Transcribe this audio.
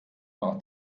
nach